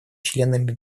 членами